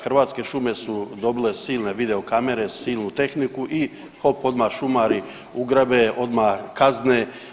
Hrvatske šume su dobile silne video kamere, silnu tehniku i hop odmah šumari ugrabe, odmah kazne.